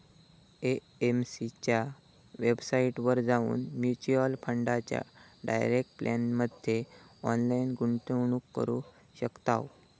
AMC च्या वेबसाईटवर जाऊन म्युच्युअल फंडाच्या डायरेक्ट प्लॅनमध्ये ऑनलाईन गुंतवणूक करू शकताव